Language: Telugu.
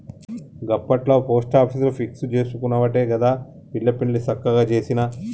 గప్పట్ల పోస్టాపీసుల ఫిక్స్ జేసుకునవట్టే గదా పిల్ల పెండ్లి సక్కగ జేసిన